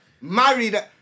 married